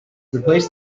replace